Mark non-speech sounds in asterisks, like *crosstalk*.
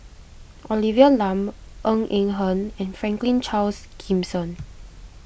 Olivia Lum Ng Eng Hen and Franklin Charles Gimson *noise*